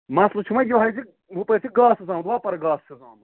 مَسلہٕ چھُ وۅنۍ یہَے زِ ہُپٲرۍ چھُ گاسہٕ حظ آمُت وۅپَر گاسہٕ چھُس آمُت